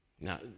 Now